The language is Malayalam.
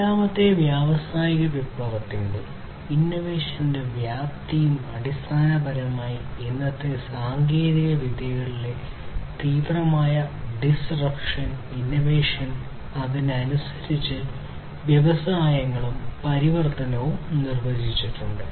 നാലാമത്തെ വ്യാവസായിക വിപ്ലവത്തിന്റെ ഇന്നോവേഷൻന്റെ വ്യാപ്തിയും അടിസ്ഥാനപരമായി ഇന്നത്തെ സാങ്കേതികവിദ്യകളിലെ തീവ്രമായ ഡിസ്റപ്ഷൻ ഇന്നോവേഷൻ അതിനനുസരിച്ച് വ്യവസായങ്ങളുടെ പരിവർത്തനവും നിർവ്വചിച്ചിട്ടുണ്ട്